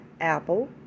Apple